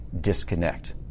disconnect